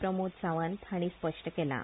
प्रमोद सावंत हांणी स्पश्ट केलां